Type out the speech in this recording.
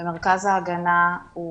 במרכז ההגנה הוא